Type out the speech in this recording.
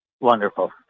Wonderful